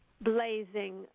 blazing